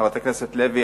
חברת הכנסת לוי,